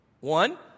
one